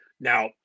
Now